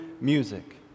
music